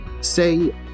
say